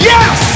Yes